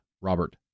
Robert